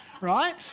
right